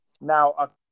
Now